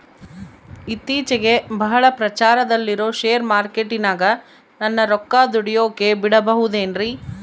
ಇತ್ತೇಚಿಗೆ ಬಹಳ ಪ್ರಚಾರದಲ್ಲಿರೋ ಶೇರ್ ಮಾರ್ಕೇಟಿನಾಗ ನನ್ನ ರೊಕ್ಕ ದುಡಿಯೋಕೆ ಬಿಡುಬಹುದೇನ್ರಿ?